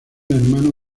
hermano